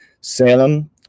Salem